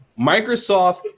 Microsoft